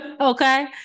Okay